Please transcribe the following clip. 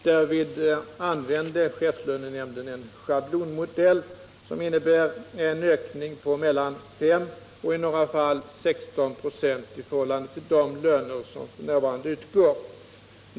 Därvid använde chefslönenämnden en schablonmodell som innebär en ökning på mellan 5 och i några fall 16 96 i förhållande till de löner som utgår f. n.